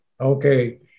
Okay